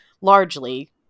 largely